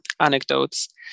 anecdotes